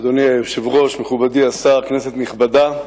אדוני היושב-ראש, מכובדי השר, כנסת נכבדה,